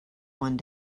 one